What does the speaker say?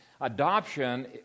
Adoption